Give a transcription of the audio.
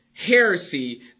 heresy